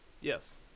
Yes